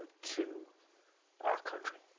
to our country.